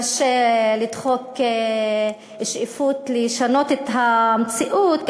קשה לדחוק שאיפות לשנות את המציאות,